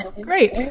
great